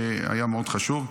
שהיה מאוד חשוב,